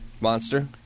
Monster